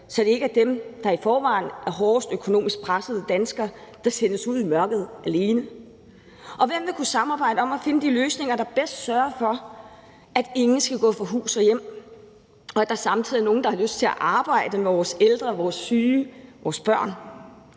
så det ikke er de danskere, der i forvejen er hårdest økonomisk presset, som sendes ud i mørket alene? Og hvem vil kunne samarbejde om at finde de løsninger, der bedst sørger for, at ingen skal gå fra hus og hjem, og at der samtidig er nogen, der har lyst til at arbejde med vores ældre, vores syge, vores børn?